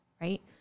right